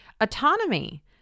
Autonomy